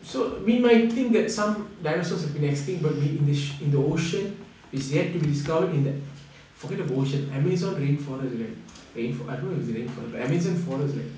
so we might think that some dinosaurs had been extinct but maybe in the ocean is yet to be discovered in that forget about ocean amazon rainforest I don't know if it's a rainforest but amazon forest right